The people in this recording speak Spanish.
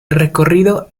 recorrido